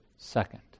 Second